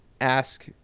ask